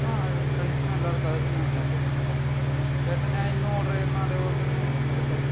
ആ ഫ്രണ്ട്സിന് എല്ലാവർക്കും അത് തന്നെ മതി അപ്പോൾ ചേട്ടാ ഞാൻ എന്നും ഓർഡറ് ചെയ്യുന്ന അതേപോലെ തന്നെ എടുത്തോ